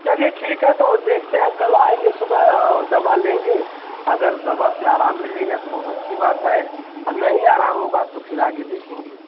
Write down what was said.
चलिए ठीक है तो देखते हैं कल आएंगे सुबह और दवा लेंगे अगर दवा से आराम मिलेगा तो बहुत अच्छी बात है आ नहीं आराम होगा तो फिर आगे देखेंगे